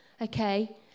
okay